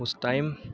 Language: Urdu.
اس ٹائم